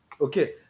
okay